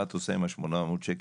מה את עושה עם 800 השקלים,